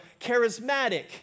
charismatic